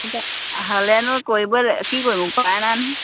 হ'লেনো কৰিব কি কৰিম উপায় নাই নহয়